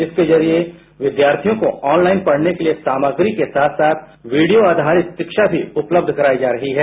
इसके जरिए विद्यार्थियों को ऑनलाइन पढ़ने के लिए सामग्री के साथ साथवीडियो आधारित शिक्षा भी उपलब्ध कराई जा रही है